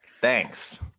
thanks